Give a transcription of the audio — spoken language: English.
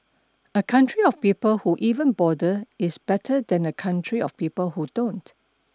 a country of people who even bother is better than a country of people who don't